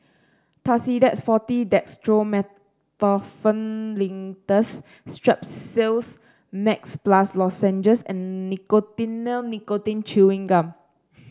Tussidex Forte Dextromethorphan Linctus Strepsils Max Plus Lozenges and Nicotinell Nicotine Chewing Gum